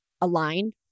aligned